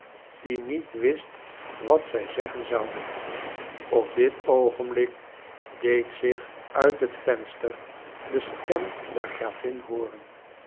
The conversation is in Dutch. die niet wist wat zij zeggen zoude op dit oogenblik deed zich uit het venster de stem der gravin hooren